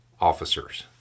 officers